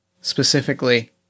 Specifically